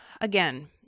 Again